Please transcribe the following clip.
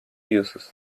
uses